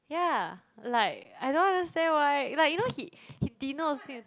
ya like I don't understand why like you know he he dinner also need to